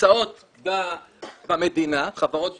שנמצאות במדינה, חברות שונות,